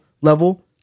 level